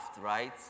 right